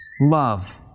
Love